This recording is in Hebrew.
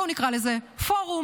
בואו נקרא לזה פורום,